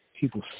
people